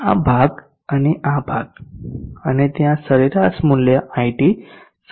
આ ભાગ અને આ ભાગ અને ત્યાં સરેરાશ મૂલ્ય iT સરેરાશ છે